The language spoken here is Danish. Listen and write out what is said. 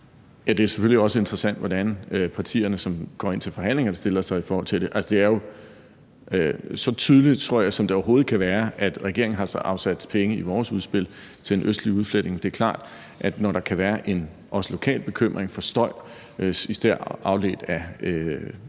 Det er selvfølgelig også interessant, hvordan partierne, som kommer ind til forhandlingerne, stiller sig i forhold til det. Altså, det er jo så tydeligt, tror jeg, som det overhovedet kan være: Vi i regeringen har afsat penge i vores udspil til en østlig udfletning. Men det er klart, at når der kan være en også lokal bekymring for støj, især afledt af